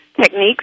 techniques